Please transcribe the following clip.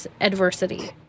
adversity